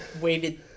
waited